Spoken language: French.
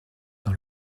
dans